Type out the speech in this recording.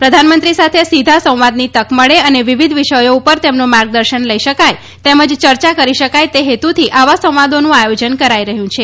પ્રધાનમંત્રી સાથે સીધા સંવાદની તક મળે અને વિવિધ વિષથો ઉપર તેમનું માર્ગદર્શન લઈ શકાય તેમજ ચર્ચા કરી શકાય તે હેતુથી આવા સંવાદોનું આથોજન કરાઈ રહ્યું છે